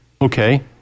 okay